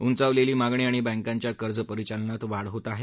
उंचावलेली मागणी आणि बँकाच्या कर्ज परिचालनात वाढ होत आहे